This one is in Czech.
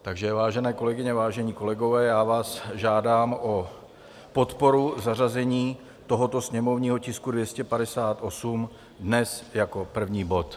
Takže vážené kolegyně, vážení kolegové, já vás žádám o podporu zařazení tohoto sněmovního tisku 258, dnes jako první bod.